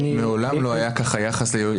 להתלונן על שהצגתי דברי הסבר,